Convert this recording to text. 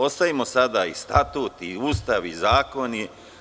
Ostavimo sada i Statut i Ustav i zakone.